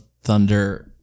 Thunder